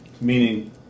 Meaning